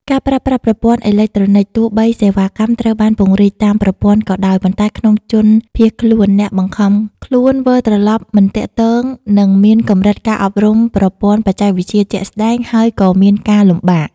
ការប្រើប្រាស់ប្រព័ន្ធអេឡិចត្រូនិក ទោះបីសេវាកម្មត្រូវបានពង្រីកតាមប្រព័ន្ធ ក៏ដោយ ប៉ុន្តែក្នុងជនភៀសខ្លួន អ្នកបង្ខំខ្លួនវិលត្រឡប់មិនទាក់ទង និងមានកម្រិតការអប់រំប្រព័ន្ធបច្ចេកវិទ្យាជាក់ស្តែងហើយក៏មានការលំបាក។